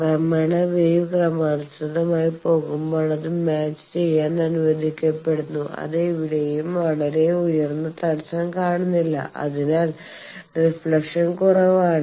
ക്രമേണ വേവ് ക്രമാനുഗതമായി പോകുമ്പോൾ അത് മാച്ച് ചെയ്യാൻ അനുവദിക്കപ്പെടുന്നു അത് എവിടെയും വളരെ ഉയർന്ന തടസം കാണുന്നില്ല അതിനാൽ റിഫ്ലക്ഷൻ കുറവാണ്